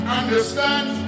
understand